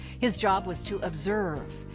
his job was to observe,